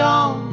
on